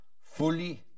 fully